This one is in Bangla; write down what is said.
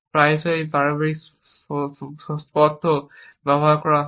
প্রায়শই এই পারস্পরিক তথ্য ব্যবহার করা হয়